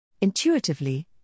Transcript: Intuitively